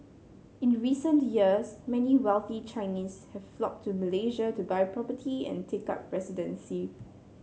in recent years many wealthy Chinese have flocked to Malaysia to buy property and take up residency